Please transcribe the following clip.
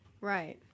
right